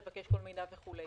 לבקש כל מידע וכו'.